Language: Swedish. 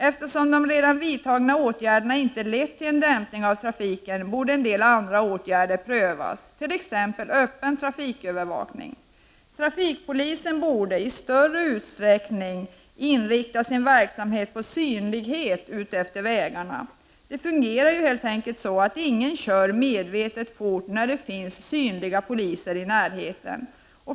Eftersom redan vidtagna åtgärder inte lett till en dämpning av trafiken borde en del andra åtgärder prövas, t.ex. öppen trafikövervakning. Trafikpolisen borde i större utsträckning inrikta sin verksamhet på synlighet utefter vägarna. Det fungerar helt enkelt så, att ingen kör medvetet fort när det finns synlig polis i närheten.